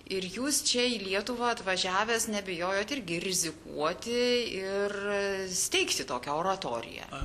ir jūs čia į lietuvą atvažiavęs nebijojot irgi rizikuoti ir steigti tokią oratoriją